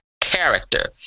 character